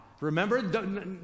Remember